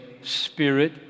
Spirit